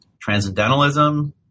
transcendentalism